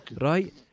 Right